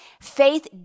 Faith